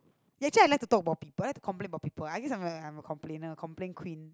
actually I like to talk about people I like to complain about people I guess I am a complainer complain queen